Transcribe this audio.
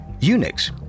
Unix